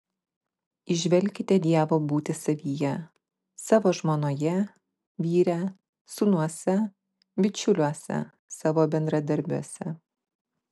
įžvelkite dievo būtį savyje savo žmonoje vyre sūnuose bičiuliuose savo bendradarbiuose